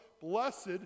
Blessed